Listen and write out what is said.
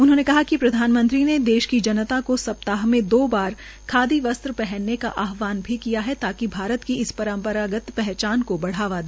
उन्होंने कहा कि प्रधानमंत्री ने देश की जनता को सप्ताह मे दो बार खादी वस्त्र पहनने का आहवान भी किया ताकि भारत की इस परम्परागत पहचान को बढ़ावा दिया जा सके